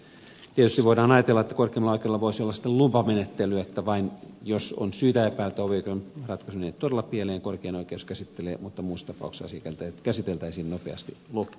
tietysti voidaan ajatella että korkeimmalla oikeudella voisi olla lupamenettely että vain jos on syytä epäillä että hovioikeuden ratkaisu menee todella pieleen korkein oikeus käsittelee mutta muussa tapauksessa asia käsiteltäisiin nopeasti loppuun